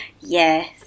Yes